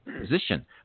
position